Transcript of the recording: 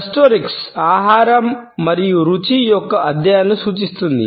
గస్టోరిక్స్ ఆహారం మరియు రుచి యొక్క అధ్యయనాలను సూచిస్తుంది